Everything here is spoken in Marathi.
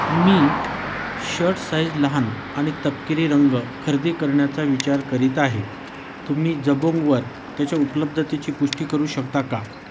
मी शर्ट साइज लहान आणि तपकिरी रंग खरेदी करण्याचा विचार करीत आहे तुम्ही जबोंगवर त्याच्या उपलब्धतेची पुष्टी करू शकता का